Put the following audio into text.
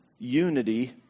Unity